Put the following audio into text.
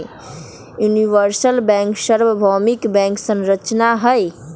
universal bank सर्वभौमिक bank संरचना हई